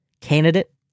candidate